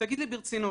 תגיד לי ברצינות,